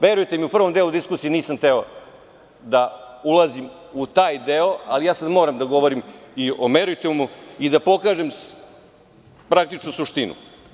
Verujte mi, u prvom delu diskusije nisam hteo da ulazim u taj deo, ali ja sada moram da govorim i o meritumu i da pokažem praktično suštinu.